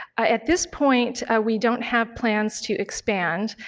at this point we don't have plans to expand,